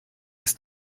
ist